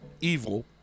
evil